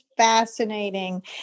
fascinating